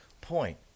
point